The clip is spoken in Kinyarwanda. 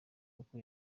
uku